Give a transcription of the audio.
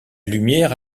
lumière